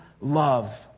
love